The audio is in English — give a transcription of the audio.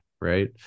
right